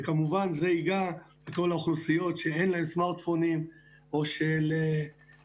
וכמובן זה ייגע בכל האוכלוסיות שאין להם סמארטפונים או באוכלוסיות